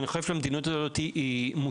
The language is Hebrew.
אני חושב שהמדיניות הזו היא מוטעית,